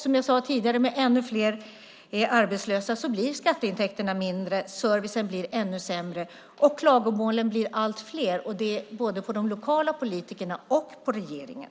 Som jag sade tidigare: Med ännu fler arbetslösa blir skatteintäkterna mindre, servicen ännu sämre och klagomålen allt fler, både på de lokala politikerna och på regeringen.